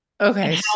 okay